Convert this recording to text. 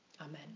Amen